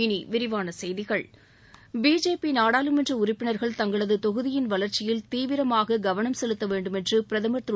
இனி விரிவான செய்திகள் பிஜேபி நாடாளுமன்ற உறுப்பினர்கள் தங்களது தொகுதியின் வளர்ச்சியில் தீவிரமாக கவனம் செலுத்த வேண்டுமென்று பிரதமர் திரு